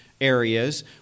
areas